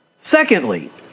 Secondly